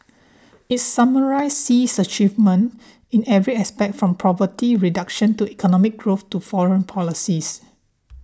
it summarises Xi's achievements in every aspect from poverty reduction to economic growth to foreign policies